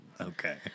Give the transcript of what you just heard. Okay